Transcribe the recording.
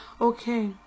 Okay